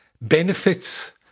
benefits